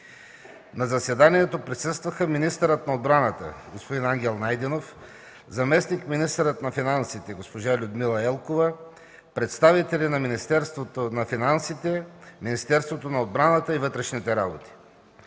На заседанието присъстваха министърът на отбраната господин Ангел Найденов, заместник-министърът на финансите госпожа Людмила Елкова, представители на Министерството на финансите, Министерството на отбраната и Министерството